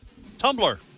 Tumblr